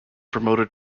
promoted